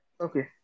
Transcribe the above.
Okay